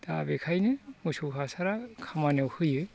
दा बेखायनो मोसौ हासारा खामानियाव होयो